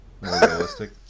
realistic